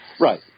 Right